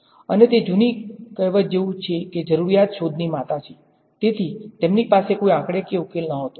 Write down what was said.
અને તે જૂની કહેવત જેવું છે કે જરૂરિયાત શોધ ની માતા છે તેથી તેમની પાસે કોઈ આંકડાકીય ઉકેલ નહોતો